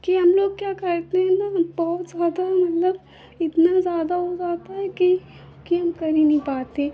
कि हमलोग क्या करते हैं ना हम बहुत ज़्यादा मतलब इतना ज़्यादा हो जाता है कि कि हम कर ही नहीं पाते